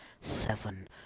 seven